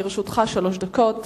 לרשותך שלוש דקות.